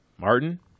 Martin